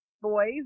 boys